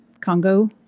Congo